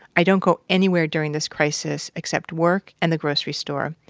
i don't go anywhere during this crisis except work and the grocery store.